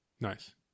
Nice